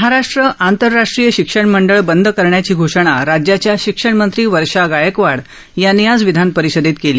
महाराष्ट्र आंतरराष्ट्रीय शिक्षण मंडळ बंद करण्याची घोषणा राज्याच्या शिक्षण मंत्री वर्षा गायकवाड यांनी आज विधानपरिषदेत केली